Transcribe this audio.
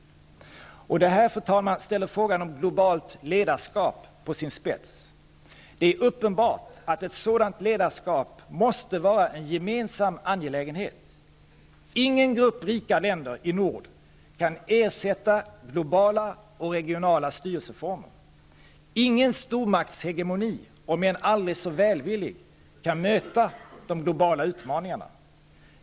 Det här ställer frågan om globalt ledarskap på sin spets. Det är uppenbart att sådant ledarskap måste vara en gemensam angelägenhet. Ingen grupp rika länder i nord kan ersätta globala -- och regionala -- styresformer. Ingen stormaktshegemoni, om än aldrig så välvillig, kan möta de globala utmaningarna.